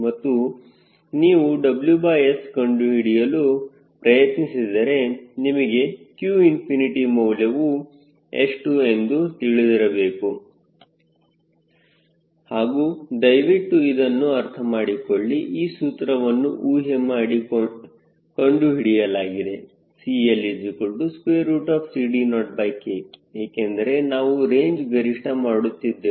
ಮತ್ತು ನೀವು WS ಕಂಡುಹಿಡಿಯಲು ಪ್ರಯತ್ನಿಸಿದರೆ ನಿಮಗೆ qꝏ ಮೌಲ್ಯವು ಎಷ್ಟು ಎಂದು ತಿಳಿದಿರಬೇಕು ಹಾಗೂ ದಯವಿಟ್ಟು ಇದನ್ನು ಅರ್ಥಮಾಡಿಕೊಳ್ಳಿ ಈ ಸೂತ್ರವನ್ನು ಊಹೆ ಮಾಡಿ ಕಂಡುಹಿಡಿಯಲಾಗಿದೆ CLCD0K ಏಕೆಂದರೆ ನಾವು ರೇಂಜ್ ಗರಿಷ್ಠ ಮಾಡುತ್ತಿದ್ದೆವು